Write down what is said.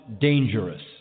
dangerous